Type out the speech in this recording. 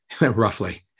roughly